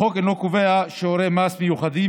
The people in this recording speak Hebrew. החוק אינו קובע שיעורי מס מיוחדים